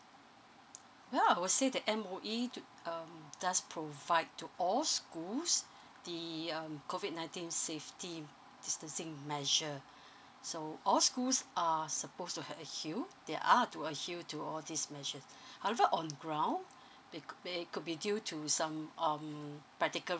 well I would say that M_O_E do um does provide to all schools the um COVID nineteen safety distancing measure so all schools are supposed to uh adhere they are to adhere to all these measures however on the ground bec~ be~ it could be due to some um practical